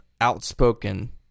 outspoken